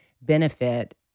benefit